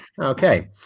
Okay